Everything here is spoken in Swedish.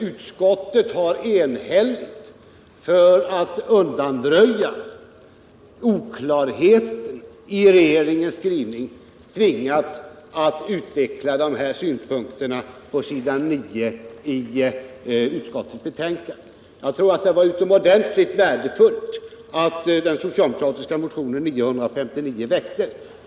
Utskottet har — för att undanröja oklarheter i regeringens skrivning — tvingats att enhälligt utveckla de här synpunkterna på s. 9 i utskottets betänkande. Jag tror att det var utomordentligt värdefullt att den socialdemokratiska motionen 959 väcktes.